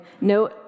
no